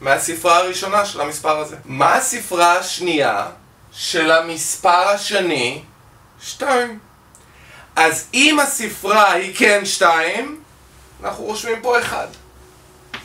מהספרה הראשונה של המספר הזה. מה הספרה השנייה של המספר השני? שתיים. אז אם הספרה היא כן שתיים, אנחנו רושמים פה אחד.